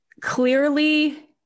clearly